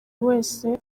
wese